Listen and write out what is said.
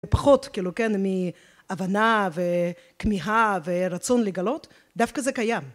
פחות, כאילו כן, הבנה וכמיהה ורצון לגלות, דווקא זה קיים.